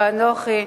ואנוכי,